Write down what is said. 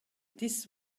this